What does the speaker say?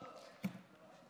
אדוני היושב-ראש,